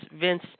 Vince